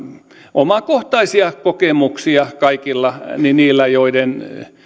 omakohtaisia kokemuksia kaikilla niillä joiden